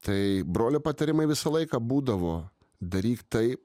tai brolio patarimai visą laiką būdavo daryk tai